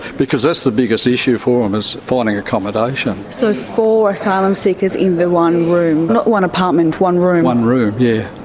that's the biggest issue for them, is finding accommodation. so four asylum seekers in the one room, not one apartment, one room? one room, yeah